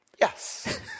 Yes